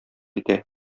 итә